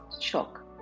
Shock